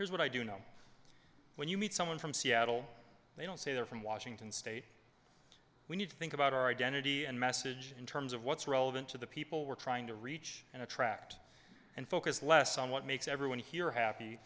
here's what i do know when you meet someone from seattle they don't say they're from washington state we need to think about our identity and message in terms of what's relevant to the people we're trying to reach and attract and focus less on what makes everyone here happy